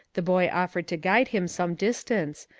the boy offered to guide him some distance,